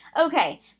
Okay